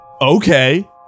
Okay